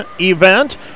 event